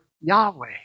Yahweh